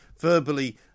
verbally